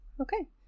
Okay